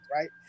right